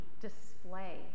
display